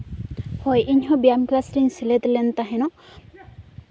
ᱦᱳᱭ ᱤᱧᱦᱚᱸ ᱵᱮᱭᱟᱢ ᱠᱮᱞᱟᱥ ᱨᱤᱧ ᱥᱮᱞᱮᱫ ᱞᱮᱱ ᱛᱟᱦᱮᱱᱟ